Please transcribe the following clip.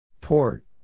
Port